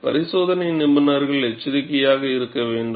பரிசோதனை நிபுணர்கள் எச்சரிக்கையாக இருக்க வேண்டும்